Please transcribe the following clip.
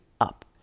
UP